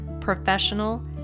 professional